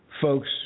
folks